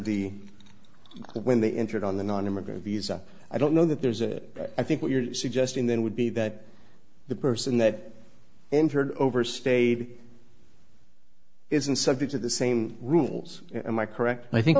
the when they entered on the nonimmigrant visa i don't know that there's a but i think what you're suggesting then would be that the person that entered overstayed isn't subject to the same rules and my correct i think